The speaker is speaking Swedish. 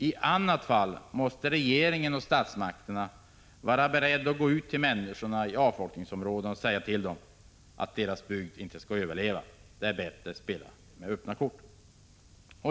I annat fall måste regeringen och statsmakterna vara beredda att gå ut till människorna i avfolkningsområdena och säga till dem att deras bygd inte skall överleva. Det är bättre att spela med öppna kort.